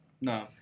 no